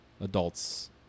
adults